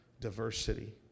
diversity